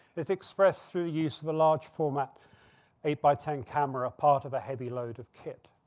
it expressed through use of a large format eight by ten camera part of a heavy load of kit.